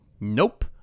Nope